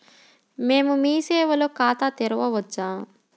మేము మీ సేవలో ఖాతా తెరవవచ్చా?